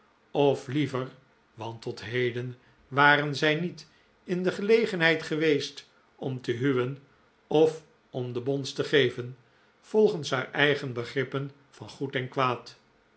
of liever want tot heden waren zij niet in de gelegenheid geweest om te huwen of om de bons te geven volgens haar eigen begrippen van goed en kwaad